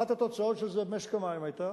אחת התוצאות של זה במשק המים היתה